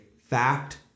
fact